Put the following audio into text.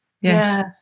Yes